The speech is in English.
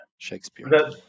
Shakespeare